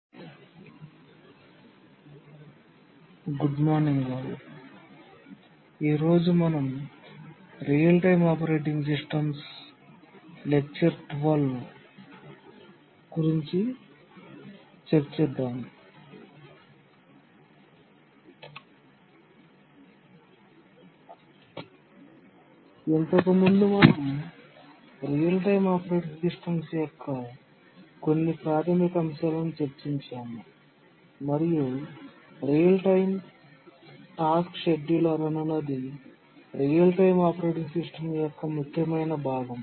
ఇంతకుముందు మనం real time operating systems యొక్క కొన్ని ప్రాథమిక అంశాలను చర్చించాము మరియు రియల్ టైమ్ టాస్క్ షెడ్యూలర్ అనునది రియల్ టైమ్ ఆపరేటింగ్ సిస్టమ్ యొక్క ముఖ్యమైన భాగం